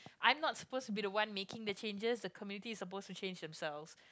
I'm not supposed to be the one making the changes the community is supposed to change themselves